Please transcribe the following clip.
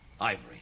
Ivory